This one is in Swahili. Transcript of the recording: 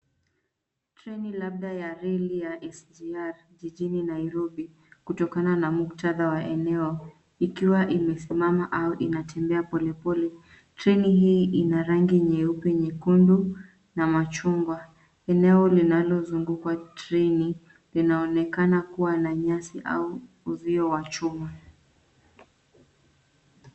Treni labda ya reli ya SGR jijini Nairobi, kutokana na muktadha wa eneo, ikiwa imesimama au inatembea polepole. Treni hii ina rangi nyeupe, nyekundu na machungwa. Eneo linalozunguka treni, linaonekana kuwa na nyasi au uzio wa chuma.